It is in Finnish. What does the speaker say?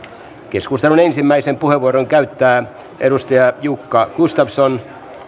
keskustelun ensimmäisen puheenvuoron käyttää edustaja jukka gustafsson